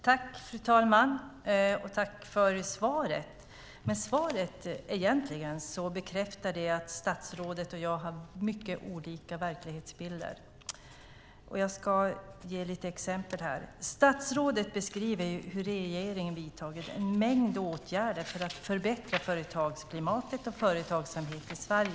Fru talman! Jag tackar för svaret, men det bekräftar egentligen bara att statsrådet och jag har mycket olika verklighetsbilder. Jag ska ge några exempel. Statsrådet beskriver hur regeringen vidtar en mängd åtgärder för att förbättra företagsklimatet och företagsamheten i Sverige.